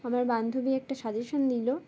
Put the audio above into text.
আমার বান্ধবী একটা সাজেশন দিল